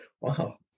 Wow